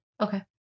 Okay